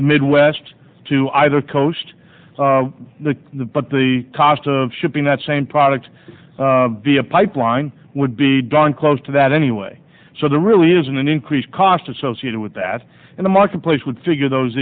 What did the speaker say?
the midwest to either coast the the but the cost of shipping that same product via pipeline would be drawn close to that anyway so there really isn't an increased cost associated with that in the marketplace would figure those